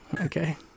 Okay